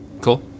Cool